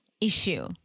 issue